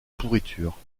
pourriture